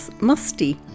musty